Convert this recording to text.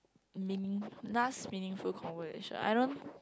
meaning last meaningful conversation I don't